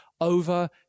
over